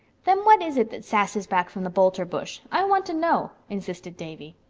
then what is it that sasses back from the boulter bush? i want to know, insisted davy.